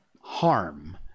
harm